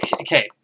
okay